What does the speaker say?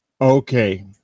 okay